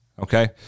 okay